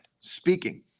speaking